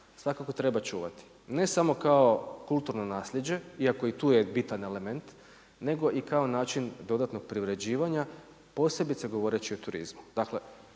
svakako treba čuvati, ne samo kao kulturno naslijeđe iako i tu je bitan element, nego i kao način dodatnog preuređivanja posebice govoreći o turizmu.